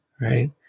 Right